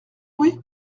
oui